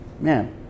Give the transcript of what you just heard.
Man